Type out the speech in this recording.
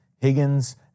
Higgins